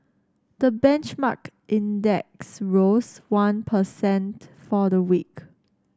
the benchmark index rose one per cent for the week